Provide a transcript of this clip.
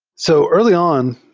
so early on,